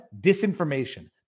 disinformation